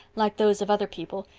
like those of other people,